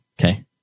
Okay